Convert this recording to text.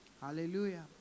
Hallelujah